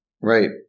Right